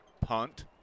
Punt